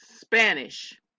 Spanish